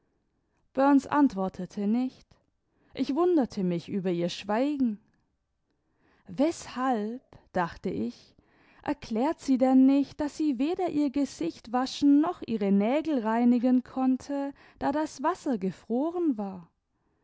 antwortete nicht ich wunderte mich über ihr schweigen weshalb dachte ich erklärt sie denn nicht daß sie weder ihr gesicht waschen noch ihre nägel reinigen konnte da das wasser gefroren war